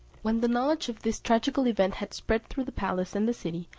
when the knowledge of this tragical event had spread through the palace and the city,